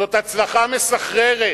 זאת הצלחה מסחררת.